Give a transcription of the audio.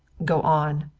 go on,